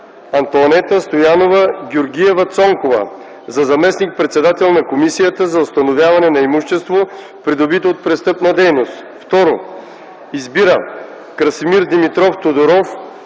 Антоанета Стоянова Георгиева-Цонкова за заместник-председател на Комисията за установяване на имущество, придобито от престъпна дейност. 2. Избира Красимир Димитров Тодоров